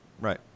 right